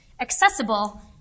accessible